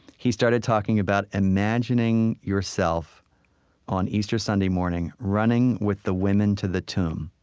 he started talking about imagining yourself on easter sunday morning, running with the women to the tomb.